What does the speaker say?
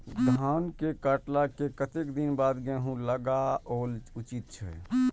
धान के काटला के कतेक दिन बाद गैहूं लागाओल उचित छे?